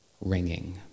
ringing